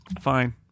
fine